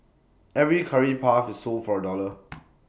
every Curry puff is sold for A dollar